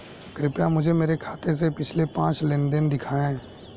कृपया मुझे मेरे खाते से पिछले पांच लेनदेन दिखाएं